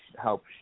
help